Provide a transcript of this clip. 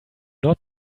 not